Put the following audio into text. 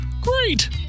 Great